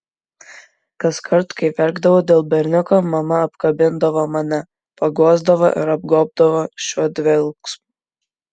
kaskart kai verkdavau dėl berniuko mama apkabindavo mane paguosdavo ir apgobdavo šiuo dvelksmu